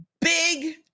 big